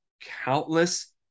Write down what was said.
countless